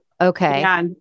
Okay